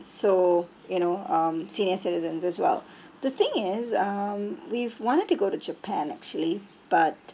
so you know um senior citizens as well the thing is um we wanted to go to japan actually but